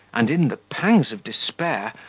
and, in the pangs of despair,